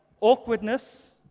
awkwardness